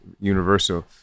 universal